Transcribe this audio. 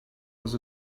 was